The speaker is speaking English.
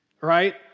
right